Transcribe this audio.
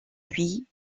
lui